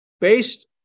based